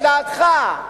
לדעתך,